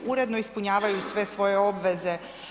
Uredno ispunjavaju sve svoje obveze.